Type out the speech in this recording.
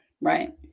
Right